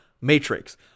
matrix